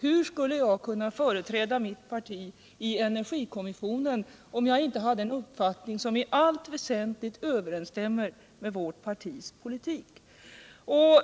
Hur skulle jag kunna företräda mitt parti i energikommissionen, om jag inte hade en uppfattning som i allt väsentligt överensstämmer med vårt partis politik?